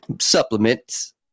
Supplements